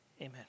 Amen